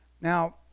Now